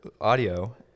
audio